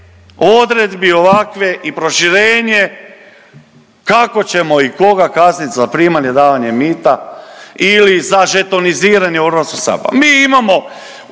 odredbi ovakve i proširenje kako ćemo i koga kaznit za primanje i davanje mita ili za žetoniziranje u HS-u.